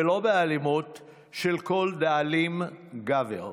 ולא באלימות של כל דאלים גבר.